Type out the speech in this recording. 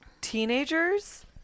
teenagers